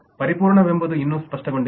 ಪರಿಪೂರ್ಣ ವೆಂಬುದು ಇನ್ನೂ ಸ್ಪಷ್ಟಗೊಂಡಿಲ್ಲ